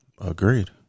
Agreed